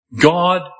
God